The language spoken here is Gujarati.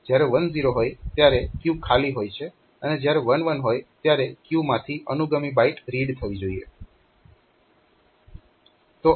જ્યારે 1 0 હોય ત્યારે ક્યુ ખાલી હોય છે અને જ્યારે 1 1 હોય ત્યારે ક્યુ માંથી અનુગામી બાઈટ રીડ થવી જોઈએ